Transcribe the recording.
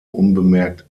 unbemerkt